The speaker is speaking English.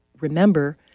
remember